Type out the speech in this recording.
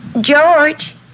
George